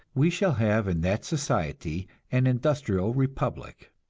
we shall have in that society an industrial republic,